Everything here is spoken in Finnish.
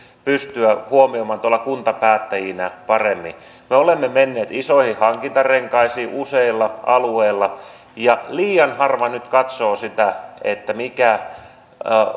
pystyä huomioimaan tuolla kuntapäättäjinä paremmin me olemme menneet isoihin hankintarenkaisiin useilla alueilla ja liian harva nyt katsoo sitä mikä